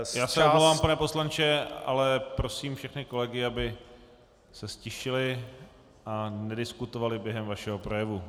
Já se omlouvám, pane poslanče, ale prosím všechny kolegy, aby se ztišili a nediskutovali během vašeho projevu.